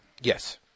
Yes